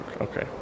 Okay